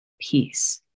peace